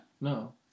No